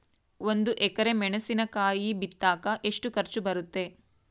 ಒಂದು ಎಕರೆ ಮೆಣಸಿನಕಾಯಿ ಬಿತ್ತಾಕ ಎಷ್ಟು ಖರ್ಚು ಬರುತ್ತೆ?